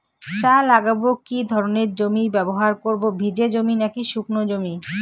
চা লাগাবো কি ধরনের জমি ব্যবহার করব ভিজে জমি নাকি শুকনো?